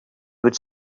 would